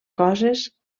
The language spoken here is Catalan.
coses